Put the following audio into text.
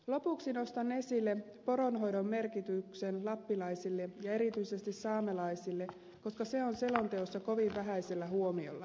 lopuksi nostan esille poronhoidon merkityksen lappilaisille ja erityisesti saamelaisille koska se on selonteossa kovin vähäisellä huomiolla